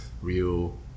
real